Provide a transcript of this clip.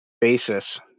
basis